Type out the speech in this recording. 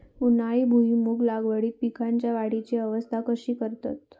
उन्हाळी भुईमूग लागवडीत पीकांच्या वाढीची अवस्था कशी करतत?